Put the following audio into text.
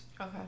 Okay